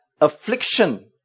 affliction